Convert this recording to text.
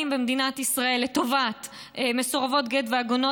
במדינת ישראל לטובת מסורבות גט ועגונות,